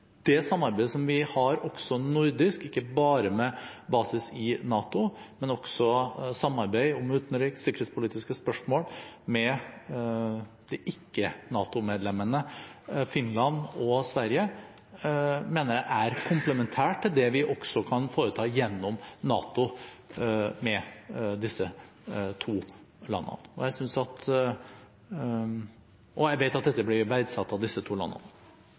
det samarbeidet som vi har også nordisk, ikke bare med basis i NATO, om utenriks- og sikkerhetspolitiske spørsmål med ikke-NATO-medlemmene Finland og Sverige, mener jeg er komplementært til det vi også kan foreta gjennom NATO med disse to landene, og jeg vet at dette blir verdsatt av disse to landene.